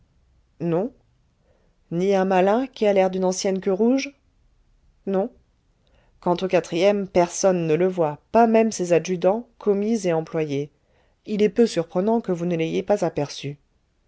non ni un malin qui a l'air d'une ancienne queue rouge non quant au quatrième personne ne le voit pas même ses adjudants commis et employés il est peu surprenant que vous ne l'ayez pas aperçu